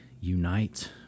unite